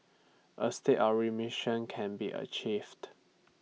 A state of remission can be achieved